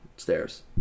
stairs